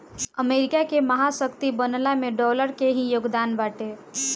America के महाशक्ति बनला में डॉलर के ही योगदान बाटे